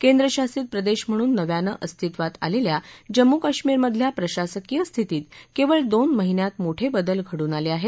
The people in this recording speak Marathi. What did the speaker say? केंद्रशासित प्रदेश म्हणून नव्यानं अस्तित्वात आलेल्या जम्मू काश्मीरमधल्या प्रशासकीय स्थितीत केवळ दोन महिन्यात मोठे बदल घडून आले आहेत